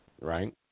right